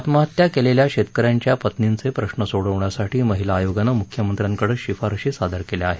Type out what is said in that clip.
आत्महत्या केलेल्या शैतक यांच्या पत्नींचे प्रश्न सोडवण्यासाठी महिला आयोगानं मुख्यमंत्र्यांकडे शिफारसी सादर केल्या आहेत